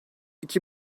iki